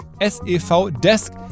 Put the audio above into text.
SEV-Desk